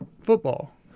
football